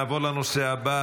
נעבור לנושא הבא,